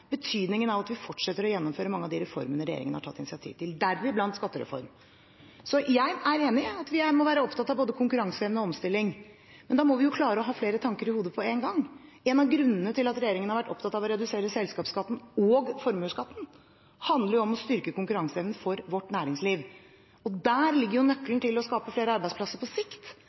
betydningen av at vi fortsetter å gjennomføre mange av de reformene regjeringen har tatt i initiativ til, deriblant skattereformen. Så jeg er enig i at vi må være opptatt av både konkurranseevne og omstilling, men da må vi klare å ha flere tanker i hodet på en gang. En av grunnene til at regjeringen har vært opptatt av å redusere selskapsskatten og formuesskatten, handler jo om å styrke konkurranseevnen for vårt næringsliv. Der ligger nøkkelen til å skape flere arbeidsplasser på sikt.